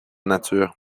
nature